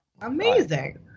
Amazing